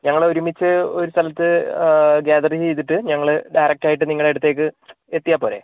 ഞങ്ങൾ ഒരുമിച്ച് ഒരു സ്ഥലത്ത് ആ ഗാതറിങ്ങ് ചെയ്തിട്ട് ഞങ്ങൾ ഡയറക്ട് ആയിട്ട് നിങ്ങളെ അടുത്തേക്ക് എത്തിയാൽ പോരേ